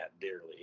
dearly